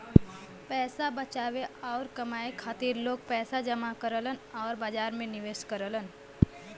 पैसा बचावे आउर कमाए खातिर लोग पैसा जमा करलन आउर बाजार में निवेश करलन